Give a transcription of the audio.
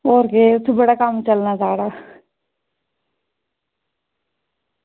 होर केह् इत्थें बड़ा कम्म चलना साढ़ा